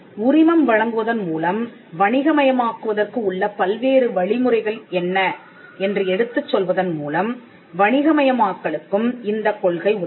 உரிமம் வழங்குவதன் மூலம் வணிகமயமாக்குவதற்கு உள்ள பல்வேறு வழிமுறைகள் என்ன என்று எடுத்துச் சொல்வதன் மூலம் வணிக மயமாக்கலுக்கும் இந்தக் கொள்கை உதவும்